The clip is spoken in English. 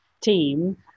team